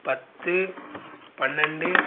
பத்து பன்னெரெண்டு